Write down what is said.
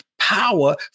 Power